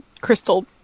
crystal